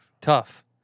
Tough